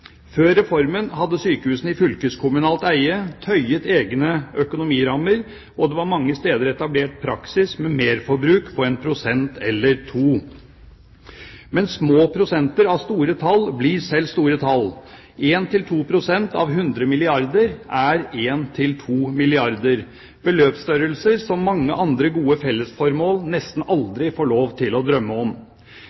Før reformen hadde sykehusene i fylkeskommunalt eie tøyet egne økonomirammer, og det var mange steder etablert praksis med merforbruk på 1 eller 2 pst. Men små prosenter av store tall blir selv store tall. 1–2 pst. av 100 milliarder kr er 1–2 milliarder kr – beløpsstørrelser som mange andre med gode fellesformål nesten